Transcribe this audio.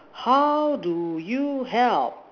how do you help